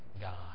God